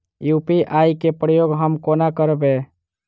UPI केँ प्रयोग हम कोना करबे?